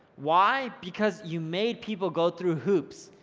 why, because you made people go through hoops.